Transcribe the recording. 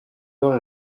heures